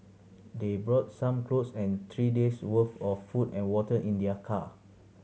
they brought some clothes and three days' worth of food and water in their car